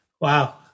Wow